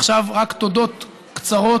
ועכשיו רק תודות קצרות.